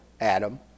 Adam